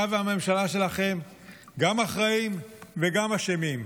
אתה והממשלה שלכם גם אחראים וגם אשמים.